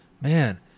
Man